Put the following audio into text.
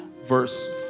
verse